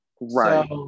Right